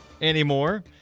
anymore